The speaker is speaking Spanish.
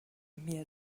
miedo